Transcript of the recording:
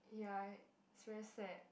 ya it's very sad